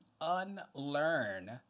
unlearn